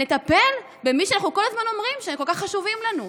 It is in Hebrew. ונטפל במי שאנחנו כל הזמן אומרים שהם כל כך חשובים לנו.